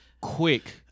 quick